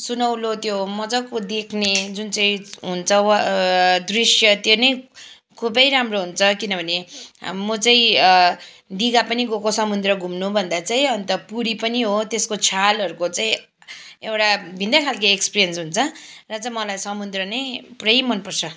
सुनौलो त्यो मजाको देख्ने जुन चाहिँ हुन्छ वा दृश्य त्यो नै खुबै राम्रो हुन्छ किनभने हाम म चाहिँ दिघा पनि गएको समुद्र घुम्नु भन्दा चाहिँ अन्त पुरी पनि हो त्यसको छालहरूको चाहिँ एउटा भिन्दै खाल्के एक्सपिरिएन्स हुन्छ र त मलाई समुद्र नै पुरै मनपर्छ